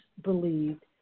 believed